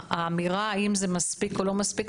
האמירה האם זה מספיק או לא מספיק,